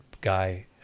guy